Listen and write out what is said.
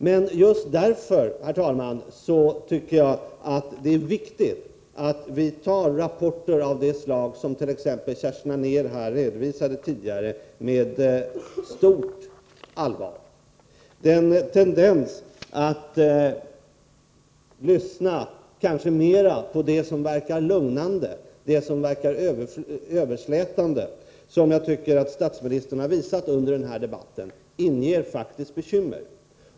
Men just därför, herr talman, är det viktigt att vi tar rapporter av det slag som Kerstin Anér här nyss redovisat på fullt allvar. Enligt min mening har statsministern under den här debatten visat en tendens att lyssna mera på det som verkar lugnande, överslätande, och det gör mig faktiskt bekymrad.